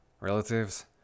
Relatives